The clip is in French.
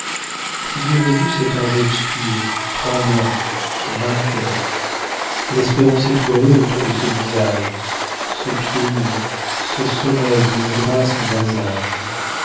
figurez-vous cet ange obscur tremblant vainqueur l'espérance étoilée autour de ce visage ce pied nu ce sommeil d'une grâce en bas âge